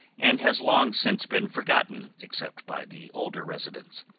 and has long since been forgotten except by the older residents.